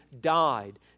died